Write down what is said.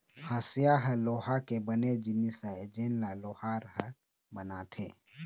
हँसिया ह लोहा के बने जिनिस आय जेन ल लोहार ह बनाथे